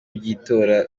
by’itora